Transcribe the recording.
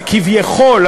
כביכול,